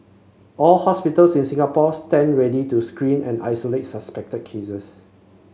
all hospitals in Singapore stand ready to screen and isolate suspect cases